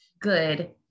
good